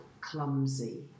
clumsy